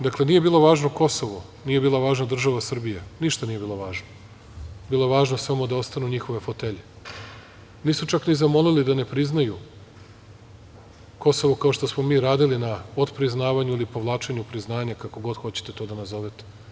Dakle, nije bilo važno Kosovo, nije bila važna država Srbija, ništa nije bilo važno, samo da ostanu njihove fotelje, a nisu čak ni zamolili da ne priznaju Kosovo, kao što smo mi radili na odpriznavanju ili povlačenju priznanja, kako god hoćete to da nazovete.